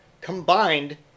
combined